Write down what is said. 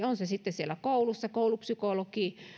on se sitten siellä koulussa koulupsykologi